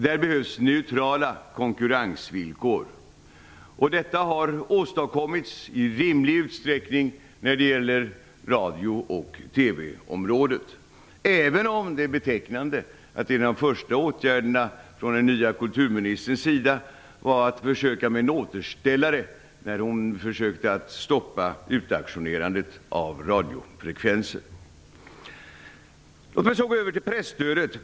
Där behövs neutrala konkurrensvillkor. Detta har åstadkommits i rimlig utsträckning när det gäller radio och TV-området, även om det är betecknande att en av de första åtgärderna från den nye kulturministerns sida var att försöka med en återställare, när hon försökte stoppa utauktionerande av nya radiofrekvenser. Låt mig så gå över till presstödet.